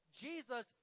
Jesus